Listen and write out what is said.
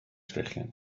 sgrechian